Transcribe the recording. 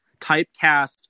typecast